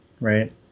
right